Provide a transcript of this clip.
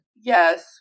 Yes